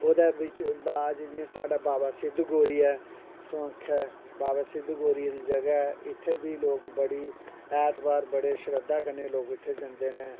ओह्दै बाद जियां साढ़ा बावा सिध्द गौरिया ऐ सोआंखै बावा सिध्द गौरिये दी जगा ऐ उत्थें बी सोक बड़ी ऐतबार बड़ी शरध्दा कन्नै लोक उत्थै जंदे नै